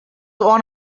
one